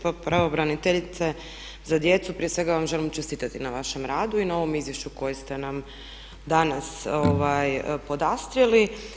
Pa pravobraniteljice za djecu prije svega vam želim čestitati na vašem radu i na ovom izvješću koje ste nam danas podastrli.